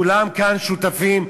כולם כאן שותפים.